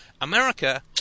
America